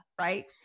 right